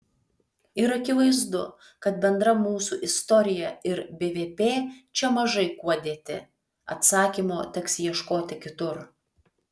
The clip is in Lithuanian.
ir akivaizdu kad bendra mūsų istorija ir bvp čia mažai kuo dėti atsakymo teks ieškoti kitur